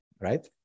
right